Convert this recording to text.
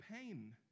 pain